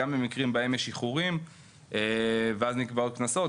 גם למקרים בהם יש איחורים ואז נקבעות קנסות,